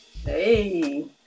Hey